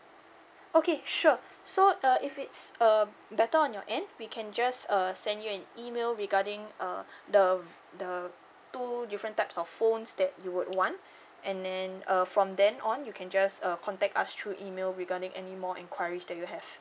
okay sure so uh if it's uh better on your end we can just uh send you an email regarding uh the the two different types of phones that you would want and then uh from then on you can just uh contact us through email regarding any more enquiries that you have